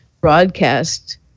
broadcast